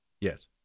Yes